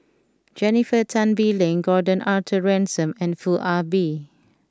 Jennifer Tan Bee Leng Gordon Arthur Ransome and Foo Ah Bee